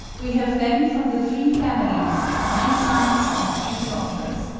we have then from the three families, nine sons and three daughters,